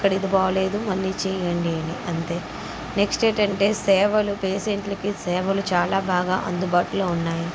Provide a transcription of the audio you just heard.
ఇక్కడ ఇది బాగాలేదు మళ్ళీ చేయండి అని అంతే నెక్స్ట్ ఏంటంటే సేవలు పేషెంట్లకి సేవలు చాలా బాగా అందుబాటులో ఉన్నాయి